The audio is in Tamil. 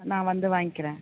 நான் வந்து வாங்கிகிறேன்